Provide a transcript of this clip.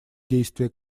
действия